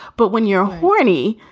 but when you're horny,